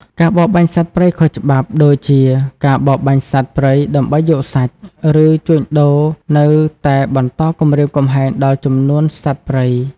ការបរបាញ់សត្វព្រៃខុសច្បាប់ដូចជា ការបរបាញ់សត្វព្រៃដើម្បីយកសាច់ ឬជួញដូរនៅតែបន្តគំរាមកំហែងដល់ចំនួនសត្វព្រៃ។